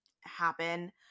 happen